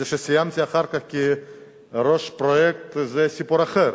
זה שסיימתי אחר כך כראש פרויקט זה סיפור אחר,